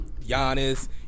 Giannis